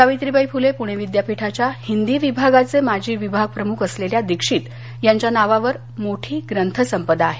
सावित्रीबाई फुले पुणे विद्यापीठाच्या हिंदी विभागाचे माजी विभाग प्रमुख असलेल्या दीक्षित यांच्या नावावर मोठी ग्रंथसंपदा आहे